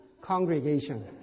congregation